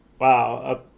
wow